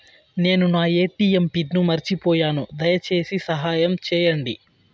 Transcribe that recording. నేను నా ATM pin మర్చిపోయాను, దయచేసి సహాయం చేయండి